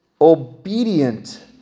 obedient